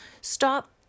Stop